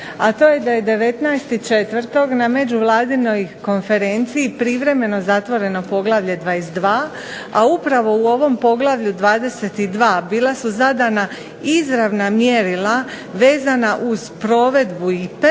a to je da je 19.04. na međuvladinoj konferenciji privremeno zatvoreno Poglavlje 22., a upravo u ovom Poglavlju 22. bila su zadana izravna mjerila vezana uz provedbu IPA-e,